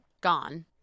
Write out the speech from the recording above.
gone